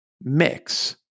mix